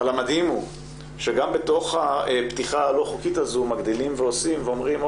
אבל המדהים הוא שגם בתוך הפתיחה הלא חוקית הזו מגדילים ועושים ואומרים,